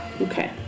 Okay